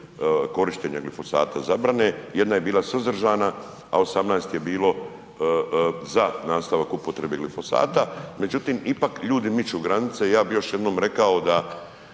korištenja glifosata, zabrane, 1 je bila suzdržana, a 18 je bilo za nastavak upotrebe glifosata, međutim ipak ljudi miču granice ja bi još jednom rekao da